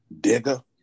Digger